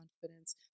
confidence